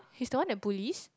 she's the one that bullies